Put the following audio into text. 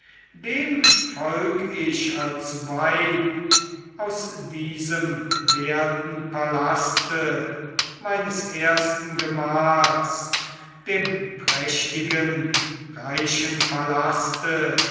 dem folg ich als weib aus diesem werten palaste meines ersten gemahls dem prächtigen reichen